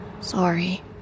Sorry